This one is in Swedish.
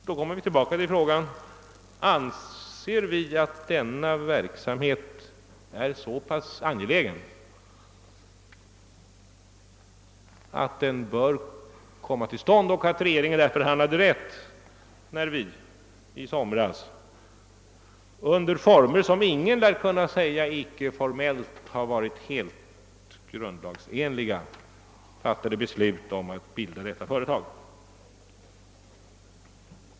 Vi kommer alltså tillbaka till frågan: Anser vi att denna verksamhet är så angelägen att den bör komma till stånd och att regeringen därför handlade rätt när den i somras — under former som ingen lär kunna påstå icke var formellt helt grundlagsenliga — fattade beslut om att bilda detta företag?